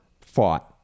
fought